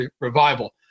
revival